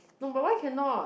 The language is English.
no but why cannot